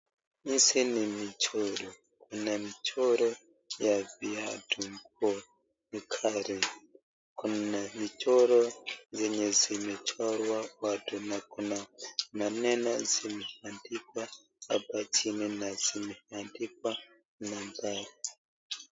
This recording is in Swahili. Hizi ni michoro, kuna michoro ya viatu, gari, kuna michoro zenye zimechorwa watu, na kuna maneno zenye zimeandikwa hapa chini na zimeandikwa namabri.